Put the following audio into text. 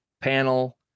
panel